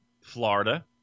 Florida